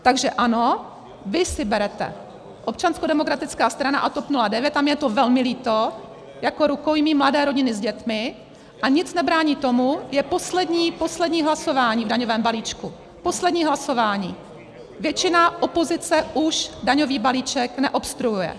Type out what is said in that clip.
Takže ano, vy si berete, Občanskodemokratická strana a TOP 09, tam je to velmi líto, jako rukojmí mladé rodiny s dětmi, a nic nebrání tomu, je poslední, poslední hlasování v daňovém balíčku, poslední hlasování, většina opozice už daňový balíček neobstruuje.